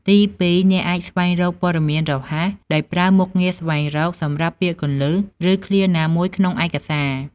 ទីពីរ អ្នកអាច ស្វែងរកព័ត៌មានរហ័ស ដោយប្រើមុខងារ ស្វែងរក សម្រាប់ពាក្យគន្លឹះ ឬឃ្លាណាមួយក្នុងឯកសារ។